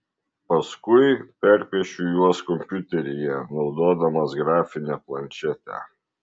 paskui perpiešiu juos kompiuteryje naudodamas grafinę planšetę